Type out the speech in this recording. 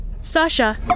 Sasha